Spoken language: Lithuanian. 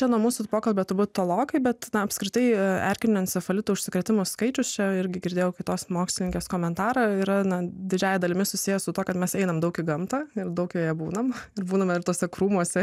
nuo mūsų pokalbio turbūt tolokai bet apskritai erkiniu encefalitu užsikrėtimų skaičius irgi girdėjau kitos mokslininkės komentarą yra didžiąja dalimi susiję su tuo kad mes einam daug į gamtą ir daug joje būname ir būname ir tuose krūmuose